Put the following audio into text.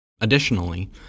Additionally